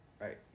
Right